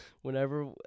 whenever